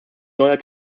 neuer